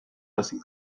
hazia